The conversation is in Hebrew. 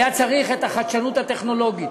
היה צריך את החדשנות הטכנולוגית.